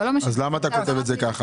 אז למה אתה כותב את זה ככה?